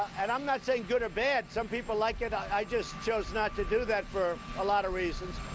and i'm not saying good or bad. some people like it. i just chose not to do that for a lot of reasons.